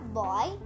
boy